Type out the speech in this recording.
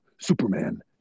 Superman